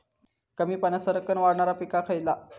कमी पाण्यात सरक्कन वाढणारा पीक खयला?